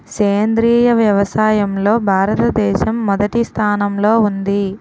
సేంద్రీయ వ్యవసాయంలో భారతదేశం మొదటి స్థానంలో ఉంది